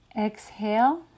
exhale